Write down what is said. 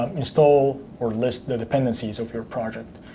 install or list the dependencies of your project.